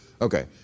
Okay